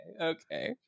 Okay